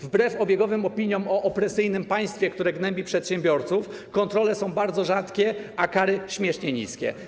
Wbrew obiegowym opiniom o opresyjnym państwie, które gnębi przedsiębiorców, kontrole są bardzo rzadkie, a kary - śmiesznie niskie.